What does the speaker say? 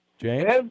James